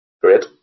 great